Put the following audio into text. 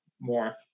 more